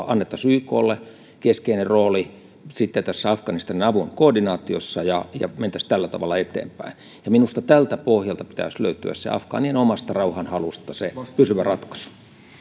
annettaisiin yklle keskeinen rooli tässä afganistanin avun koordinaatiossa ja ja mentäisiin tällä tavalla eteenpäin minusta tältä pohjalta pitäisi löytyä afgaanien omasta rauhanhalusta se pysyvä ratkaisu